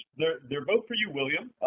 they're they're both for you, william.